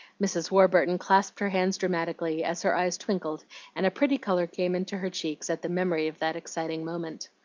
mrs. warburton clasped her hands dramatically, as her eyes twinkled and a pretty color came into her cheeks at the memory of that exciting moment.